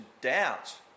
doubt